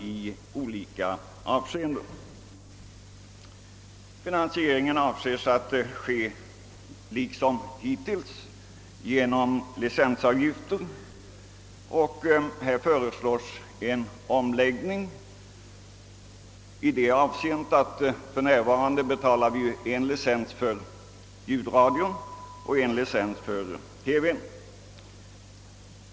Finansieringen avses ske genom licensavgifter liksom hittills. På denna punkt föreslås emellertid en förändring; för närvarande betalar vi ju en licensavgift för ljudradion och en för TV.